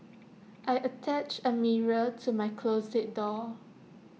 I attached A mirror to my closet door